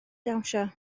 dawnsio